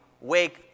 wake